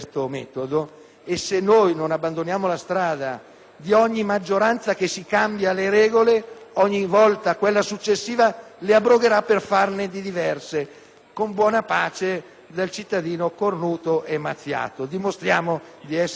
di ogni maggioranza che cambia le regole, ogni volta quella successiva le abrogherà per farne diverse, con buona pace del cittadino cornuto e mazziato. Dimostriamo di essere cresciuti.